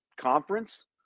conference